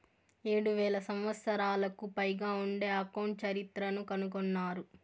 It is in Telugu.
ఏడు వేల సంవత్సరాలకు పైగా ఉండే అకౌంట్ చరిత్రను కనుగొన్నారు